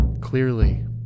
Clearly